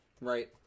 Right